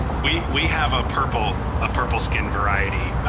we we have a purple a purple skin variety.